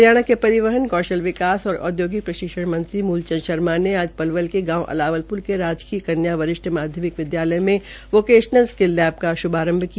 हरियाणा के परिवहन कौशल विकास एवं औदयोगिक प्रशिक्षण मंत्री मूलचंद शर्मा ने आज पलवल के गांव अलावलप्र के राजकीय कन्या वरिष्ठ माध्यमिक विदयालय में वोकेशनल स्किल लैब का श्भारंभ किया